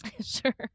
Sure